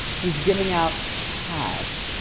he's giving out cash.